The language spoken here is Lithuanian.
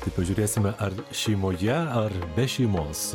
tai pažiūrėsime ar šeimoje ar be šeimos